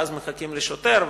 ואז מחכים לשוטר,